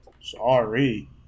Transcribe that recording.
Sorry